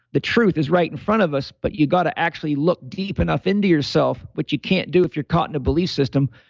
the truth is right in front of us. but you got to actually look deep enough into yourself, which you can't do if you're caught in a belief system,